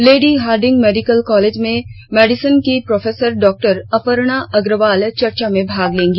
lady Hardinge Medical College में medicine की professor डॉ अपर्णा अग्रवाल चर्चो में भाग लेंगी